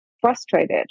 frustrated